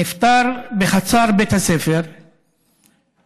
נפטר בחצר בית הספר בחזרה,